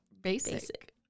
basic